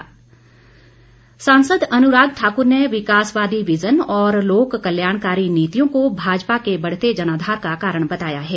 अनुराग सांसद अनुराग ठाकूर ने विकासवादी विज़न और लोक कल्याणकारी नीतियों को भाजपा के बढ़ते जनाधार का कारण बताया है